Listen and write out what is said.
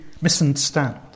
misunderstand